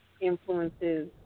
influences